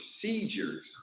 procedures